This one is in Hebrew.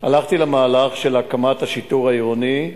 הלכתי למהלך של הקמת השיטור העירוני.